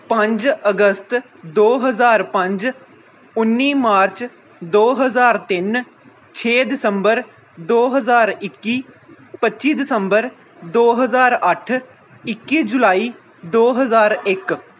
ਪੰਜ ਅਗਸਤ ਦੋ ਹਜ਼ਾਰ ਪੰਜ ਉੱਨੀ ਮਾਰਚ ਦੋ ਹਜ਼ਾਰ ਤਿੰਨ ਛੇ ਦਸੰਬਰ ਦੋ ਹਜ਼ਾਰ ਇੱਕੀ ਪੱਚੀ ਦਸੰਬਰ ਦੋ ਹਜ਼ਾਰ ਅੱਠ ਇੱਕੀ ਜੁਲਾਈ ਦੋ ਹਜ਼ਾਰ ਇੱਕ